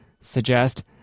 suggest